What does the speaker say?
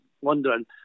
wondering